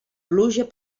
pluja